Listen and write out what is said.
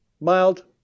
mild